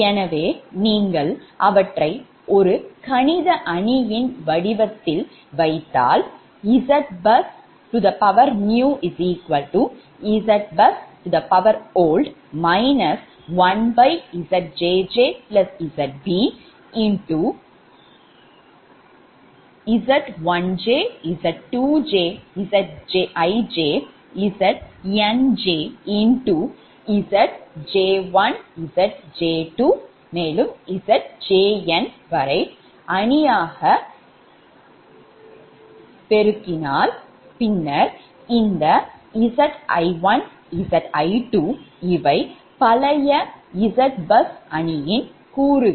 எனவே நீங்கள் அவற்றை ஒரு கணித அணியின் வடிவத்தில் வைத்தால் பின்னர் இந்த Zi1 Zi2 இவை பழைய ZBUSOLD அணியின் கூறுகள்